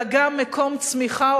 אלא גם מקום צמיחה,